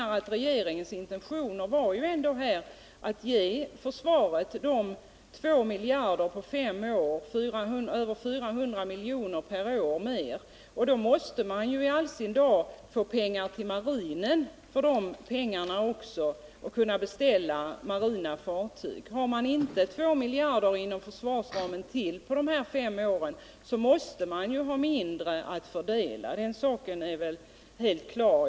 Regeringens intentioner i detta fall var ju att ge försvaret 2 miljarder på ' fem år, dvs. 400 miljoner mer per år, och då måste även marinen få del av de pengarna, bl.a. för att kunna beställa marina fartyg. Om man inte har dessa 2 miljarder ytterligare inom försvarsramen på fem år har man ju mindre att fördela — den saken är väl helt klar.